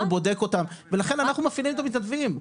הוא בודק אותם ולכן אנחנו מפעילים את המתנדבים.